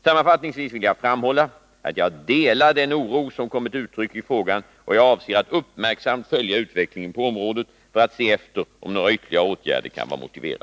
Sammanfattningsvis vill jag framhålla att jag delar den oro som kommit till uttryck i frågan och att jag avser att uppmärksamt följa utvecklingen på området för att se efter om några ytterligare åtgärder kan vara motiverade.